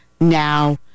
now